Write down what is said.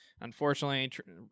unfortunately